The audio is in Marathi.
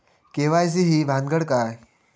के.वाय.सी ही भानगड काय?